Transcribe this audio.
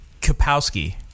Kapowski